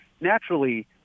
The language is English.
naturally